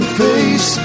face